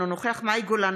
אינו נוכח מאי גולן,